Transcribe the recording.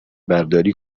برداری